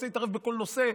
רוצה להתערב בכל נושא,